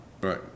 right